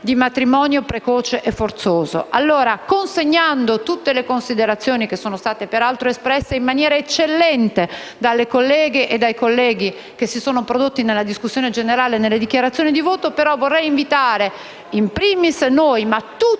di matrimonio precoce e forzoso. Consegnando tutte le considerazioni, che sono state peraltro espresse in maniera eccellente dalle colleghe e dai colleghi che sono intervenuti in discussione generale e in fase di dichiarazioni di voto, vorrei però invitare tutti